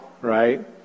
right